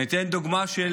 אני אתן דוגמה של